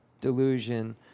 delusion